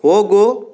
ಹೋಗು